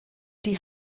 die